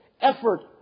effort